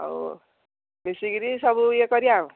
ହଉ ମିଶିକିରି ସବୁ ଇଏ କରିବା ଆଉ